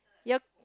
your